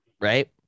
right